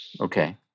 Okay